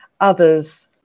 others